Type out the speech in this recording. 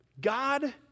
God